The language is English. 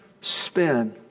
spin